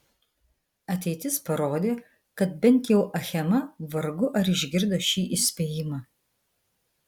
ateitis parodė kad bent jau achema vargu ar išgirdo šį įspėjimą